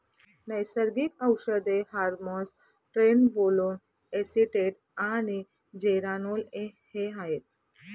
नैसर्गिक औषधे hormones trenbolone acetate आणि जेरानोल हे आहेत